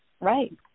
Right